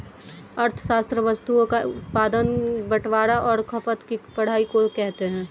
अर्थशास्त्र वस्तुओं का उत्पादन बटवारां और खपत की पढ़ाई को कहते हैं